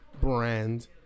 Brand